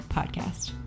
podcast